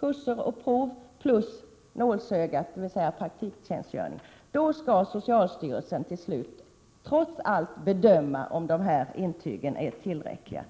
kurser och prov samt nålsögat, dvs. praktiktjänstgöringen-— är klart, då skall socialstyrelsen till slut trots allt bedöma om alla dessa intyg är tillräckliga.